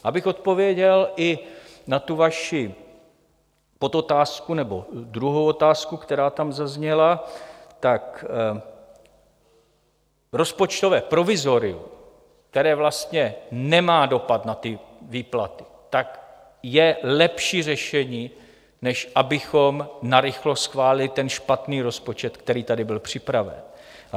Abych odpověděl i na vaši podotázku nebo druhou otázku, která tam zazněla: rozpočtové provizorium, které vlastně nemá dopad na ty výplaty, je lepší řešení, než abychom narychlo schválili špatný rozpočet, který tady byl připraven.